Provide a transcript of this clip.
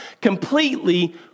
completely